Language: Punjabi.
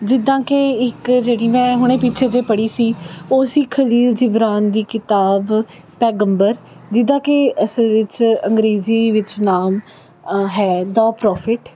ਜਿੱਦਾਂ ਕਿ ਇੱਕ ਜਿਹੜੀ ਮੈਂ ਹੁਣੇ ਪਿੱਛੇ ਜੇ ਪੜ੍ਹੀ ਸੀ ਉਹ ਸੀ ਖ਼ਲੀਲ ਜਿਬਰਾਨ ਦੀ ਕਿਤਾਬ ਪੈਗੰਬਰ ਜਿਹਦਾ ਕਿ ਅਸਲ ਵਿੱਚ ਅੰਗਰੇਜ਼ੀ ਵਿੱਚ ਨਾਮ ਹੈ ਦਾ ਪ੍ਰੋਫਿਟ